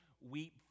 weep